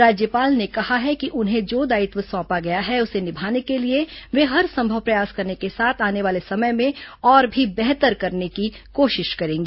राज्यपाल ने कहा है कि उन्हें जो दायित्व सौंपा गया है उसे नियाने के लिए ये हरसंभव प्रयास करने के साथ आने वाले समय में और भी बेहतर करने की कोशिश करेंगी